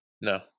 No